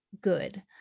good